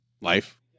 life